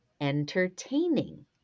entertaining